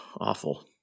awful